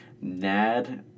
nad